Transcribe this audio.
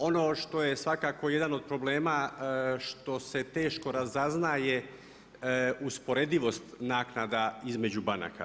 Ono što je svakako jedan od problema što se teško razaznaje usporedivost naknada između banaka.